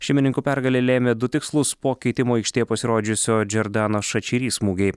šeimininkų pergalę lėmė du tikslūs po keitimo aikštėj pasirodžiusio džiordano šačiri smūgiai